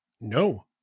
No